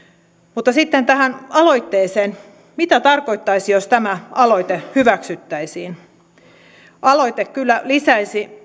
mutta sitten tähän aloitteeseen mitä tarkoittaisi jos tämä aloite hyväksyttäisiin aloite kyllä lisäisi